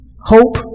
Hope